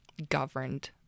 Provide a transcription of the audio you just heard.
Governed